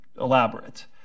elaborate